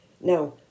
Now